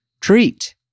treat